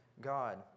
God